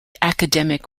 academic